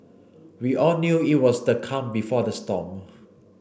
we all knew it was the calm before the storm